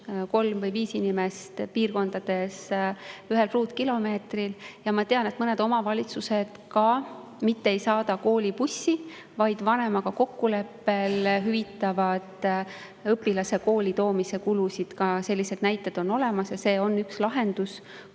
kolm kuni viis inimest piirkonnas ühel ruutkilomeetril. Ja ma tean, et mõned omavalitsused ei saada koolibussi, vaid vanemaga kokkuleppel hüvitavad õpilase koolitoomise kulud. Selliseid näiteid on olemas. See on üks lahendus,